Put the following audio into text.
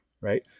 right